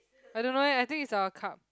I don't know eh I think it's a cup